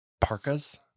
parkas